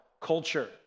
culture